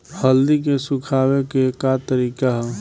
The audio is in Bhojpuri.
हल्दी के सुखावे के का तरीका ह?